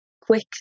quick